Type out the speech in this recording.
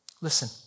Listen